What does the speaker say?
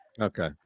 Okay